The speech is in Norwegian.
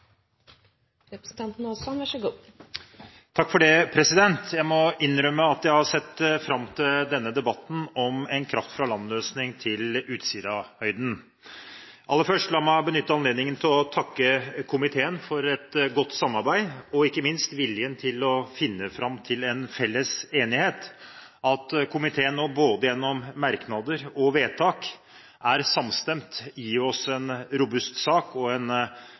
Jeg må innrømme at jeg har sett fram til denne debatten om en kraft fra land-løsning til Utsirahøyden. Aller først – la meg benytte anledningen til å takke komiteen for et godt samarbeid og ikke minst viljen til å finne fram til en felles enighet. At komiteen nå både gjennom merknader og vedtak er samstemt, gir oss en robust sak og en